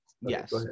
yes